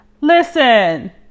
Listen